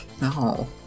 No